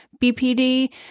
BPD